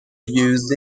used